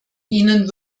ihnen